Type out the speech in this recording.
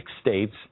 states